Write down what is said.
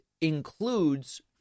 includes